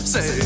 Say